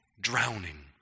drowning